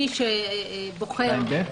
2ב?